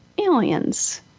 aliens